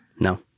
No